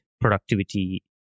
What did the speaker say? productivity